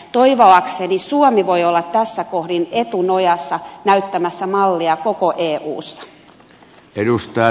toivoakseni suomi voi olla tässä kohdin etunojassa näyttämässä mallia koko eussa